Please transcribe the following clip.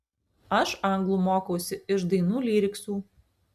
aš anglų mokausi iš dainų lyriksų